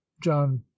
john